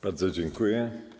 Bardzo dziękuję.